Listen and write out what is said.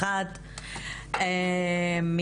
2021,